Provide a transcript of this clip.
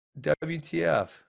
WTF